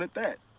but that.